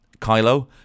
Kylo